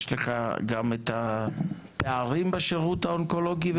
יש לך גם את הפערים בשירות האונקולוגי ?